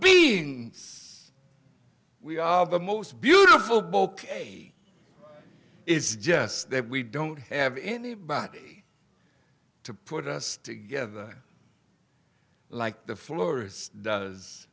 beings we are the most beautiful book a it's just that we don't have anybody to put us together like the florist does